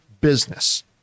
business